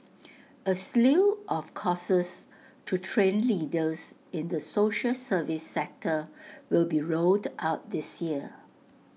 A slew of courses to train leaders in the social service sector will be rolled out this year